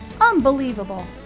Unbelievable